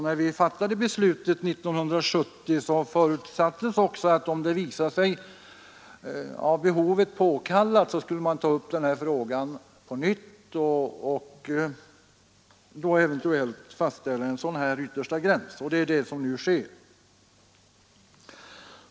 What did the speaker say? När vi fattade beslutet 1970 förutsattes också att om det visade sig av behovet påkallat skulle man ta upp denna fråga på nytt och då är det fel att fastställa en sådan här yttersta gräns. Det är det som nu sker.